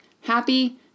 Happy